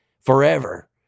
forever